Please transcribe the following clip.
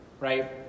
right